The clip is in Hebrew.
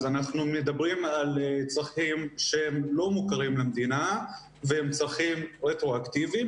אז אנחנו מדברים על צרכים שהם לא מוכרים למדינה והם צרכים רטרואקטיביים.